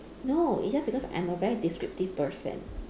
no it's just because I'm a very descriptive person